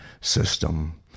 system